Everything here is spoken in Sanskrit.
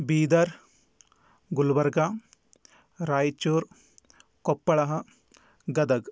बीदर् गुल्बर्गा रैचूर् कोप्पलः गदग्